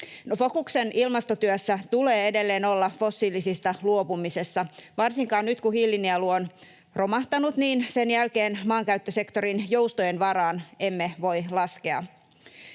fokuksen ilmastotyössä tulee edelleen olla fossiilisista luopumisessa. Varsinkaan nyt, kun hiilinielu on romahtanut, emme sen jälkeen maankäyttösektorin joustojen varaan voi laskea.